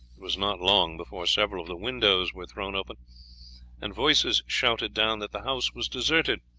it was not long before several of the windows were thrown open and voices shouted down that the house was deserted.